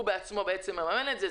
הוא בעצמו מממן את זה,